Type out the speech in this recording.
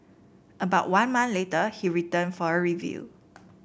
about one month later he returned for a review